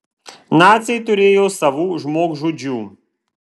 naciai turėjo savų žmogžudžių